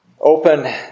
open